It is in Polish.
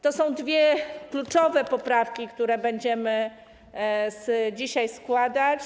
To są dwie kluczowe poprawki, które będziemy dzisiaj składać.